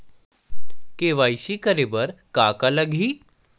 KYC करे बर का का लगही?